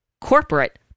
corporate